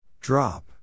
Drop